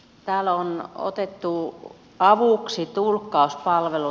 täällä on otettu avuksi tulkkauspalvelut